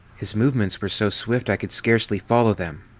his movements wer so swift i could scarcely follow them.